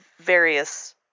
various